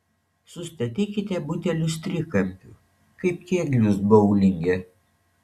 sustatykite butelius trikampiu kaip kėglius boulinge